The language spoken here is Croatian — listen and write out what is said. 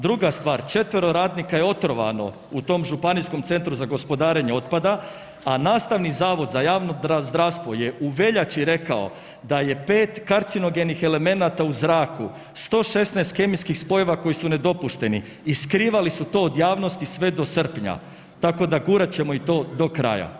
Druga stvar, 4 radnika je otrovano u tom županijskom centru za gospodarenje otpada, a Nastavni zavod za javno zdravstvo je u veljači rekao da je 5 karcinogenih elemenata u zraku, 116 kemijskih spojeva koji su nedopušteni i skrivali su to od javnosti sve do srpnja, tako da, gurat ćemo i to do kraja.